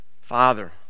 Father